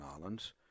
Islands